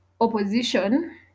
opposition